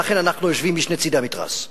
ולכן אנחנו יושבים משני צדי המתרס.